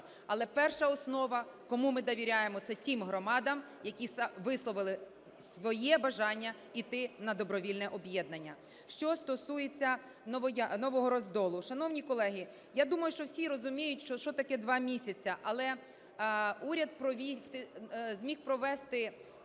Але першооснова, кому ми довіряємо, це тим громадам, які висловили своє бажання іти на добровільне об'єднання. Що стосується Нового Роздолу. Шановні колеги, я думаю, що всі розуміють, що таке два місяці, але уряд зміг провести